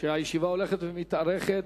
שהישיבה הולכת ומתארכת.